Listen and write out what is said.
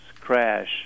crash